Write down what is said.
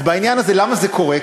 אז בעניין הזה, למה זה קורה?